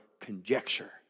conjecture